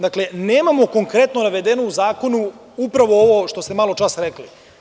Dakle, nemamo konkretno navedeno u zakonu upravo ovo što ste maločas rekli.